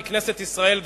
מכנסת ישראל,